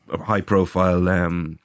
high-profile